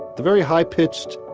the very high-pitched,